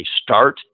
start